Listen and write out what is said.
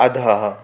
अधः